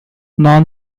non